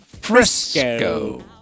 Frisco